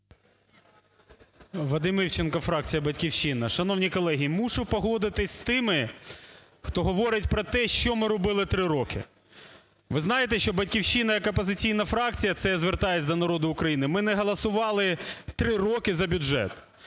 Вадим Івченко, фракція "Батьківщина". Шановні колеги, мушу погодитись з тими, хто говорить про те, що ми робили три роки. Ви знаєте, що "Батьківщина" як опозиційна фракція - це я звертаюся до народу України, - ми не голосували три роки за бюджет.